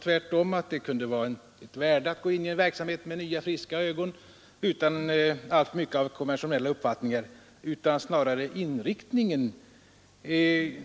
Jag sade tvärtom att det kunde vara av värde att gå in i en verksamhet med nya, friska ögon utan alltför mycket av den konventionella uppfattningen. Förändringen har snarare gällt inriktningen.